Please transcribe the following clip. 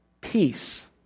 peace